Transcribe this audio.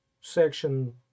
section